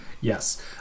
Yes